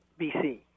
BC